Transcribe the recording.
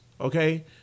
Okay